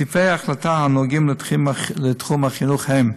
סעיפי ההחלטה הנוגעים לתחום החינוך הם: